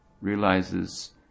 realizes